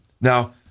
Now